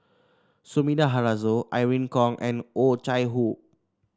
Sumida Haruzo Irene Khong and Oh Chai Hoo